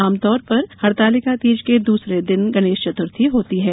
आम तौर पर हरितालिका तीज के दूसरे दिन गणेश चतुर्थी होती है